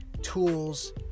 tools